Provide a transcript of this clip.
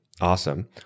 Awesome